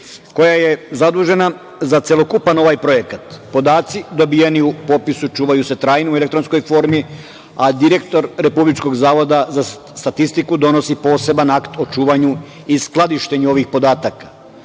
koja je zadužena za celokupan ovaj projekat. Podaci dobijeni u popisu čuvaju se trajno u elektronskoj formi, a direktor Republičkog zavoda za statistiku donosi poseban akt o čuvanju i skladištenju ovih podataka.